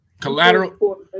Collateral